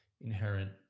inherent